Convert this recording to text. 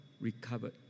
recovered